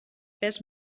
pes